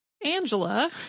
Angela